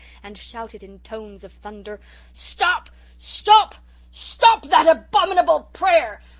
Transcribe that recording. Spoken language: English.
and shouted in tones of thunder stop stop stop that abominable prayer!